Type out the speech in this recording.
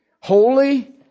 Holy